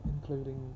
including